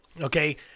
Okay